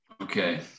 Okay